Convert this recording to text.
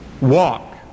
walk